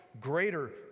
greater